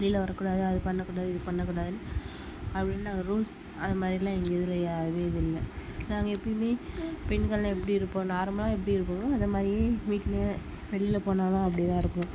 வெளியில் வரக்கூடாது அது பண்ணக்கூடாது இது பண்ணக்கூடாதுனு அப்படினு நாங்கள் ரூல்ஸ் அது மாதிரியலாம் எங்கள் இதில் அது இதுன்னு நாங்கள் எப்பவுமே பெண்கள் எப்படி இருப்போம் நார்மலாக எப்படி இருப்பமோ அதே மாதிரி வீட்டிலயும் வெளியில் போனாலும் அப்படியேதான் இருப்போம்